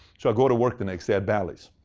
so i go to work the next day at bally's.